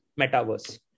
metaverse